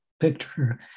picture